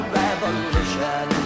revolution